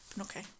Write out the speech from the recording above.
okay